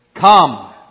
Come